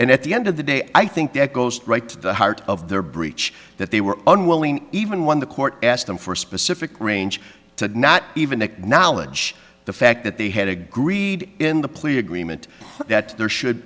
and at the end of the day i think that goes right to the heart of their breach that they were unwilling even when the court asked them for a specific range to not even acknowledge the fact that they had agreed in the plea agreement that there should